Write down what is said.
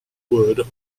wood